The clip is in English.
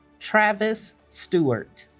travis stewart